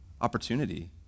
opportunity